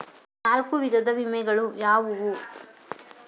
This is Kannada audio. ನಾಲ್ಕು ವಿಧದ ವಿಮೆಗಳು ಯಾವುವು?